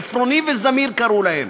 "עפרוני" ו"זמיר" קראו להם.